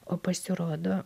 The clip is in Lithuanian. o pasirodo